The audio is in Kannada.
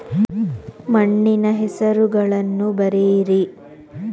ಮಣ್ಣಿನ ಹೆಸರುಗಳನ್ನು ಬರೆಯಿರಿ